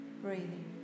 breathing